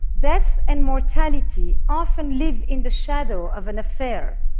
death and mortality often live in the shadow of an affair,